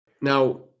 now